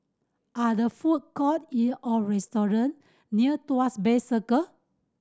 are the food court in or restaurant near Tuas Bay Circle